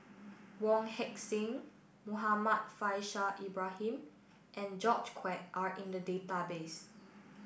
Wong Heck Sing Muhammad Faishal Ibrahim and George Quek are in the database